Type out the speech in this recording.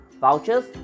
vouchers